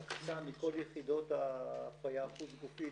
בקשה מכל יחידות ההפריה החוץ גופית,